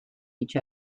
each